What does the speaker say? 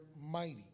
mighty